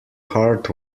heart